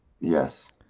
Yes